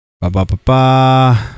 Ba-ba-ba-ba